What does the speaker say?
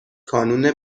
کانون